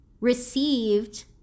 received